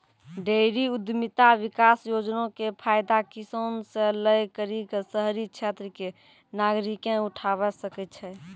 dairy उद्यमिता विकास योजना के फायदा किसान से लै करि क शहरी क्षेत्र के नागरिकें उठावै सकै छै